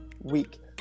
week